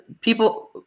people